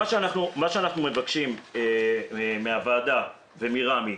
מה שאנחנו מבקשים מהוועדה ומרמ"י,